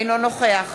אינו נוכח